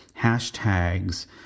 hashtags